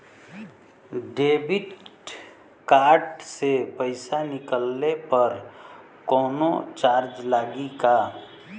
Debit card से पैसा निकलले पर कौनो चार्ज लागि का?